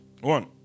one